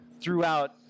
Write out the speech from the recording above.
throughout